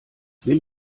will